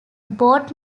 board